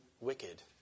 wicked